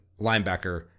linebacker